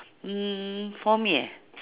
mm for me